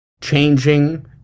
changing